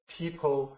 people